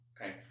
okay